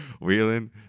Wheeling